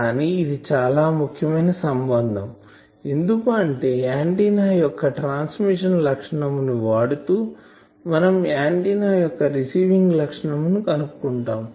కానీ ఇది చాలా ముఖ్యమైన సంబంధం ఎందుకు అంటే ఆంటిన్నా యొక్క ట్రాన్స్మిషన్ లక్షణం ని వాడుతూ మనం ఆంటిన్నా యొక్క రిసీవింగ్ లక్షణం కనుక్కుంటాము